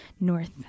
North